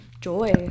joy